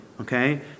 okay